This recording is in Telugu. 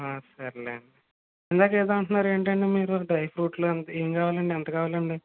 సర్లేండి ఇందాక ఏదో అంటున్నారు ఏంటండీ మీరు డ్రై ఫ్రూట్లు ఏం కావాలండి ఎంత కావాలండి